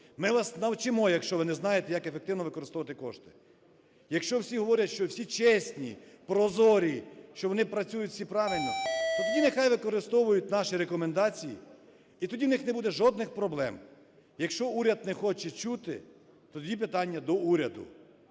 ми вас навчимо, якщо ви не знаєте як ефективно використовувати кошти. Якщо всі говорять, що всі чесні, прозорі, що вони працюють всі правильно, то тоді нехай використовують наші рекомендації, і тоді в них не буде жодних проблем. Якщо уряд не хоче чути, то тоді питання до уряду.